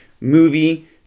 movie